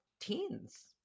teens